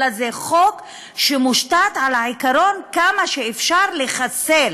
אלא זה חוק שמושתת על העיקרון של כמה אפשר לחסל